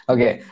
Okay